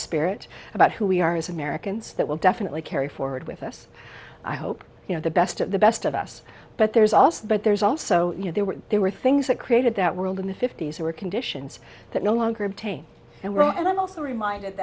spirit about who we are as americans that will definitely carry forward with us i hope you know the best of the best of us but there's also but there's also you know there were there were things that created that world in the fifty's who were conditions that no longer obtain and were and i'm also reminded